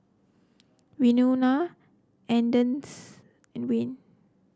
Wynona and Wayne